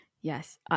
yes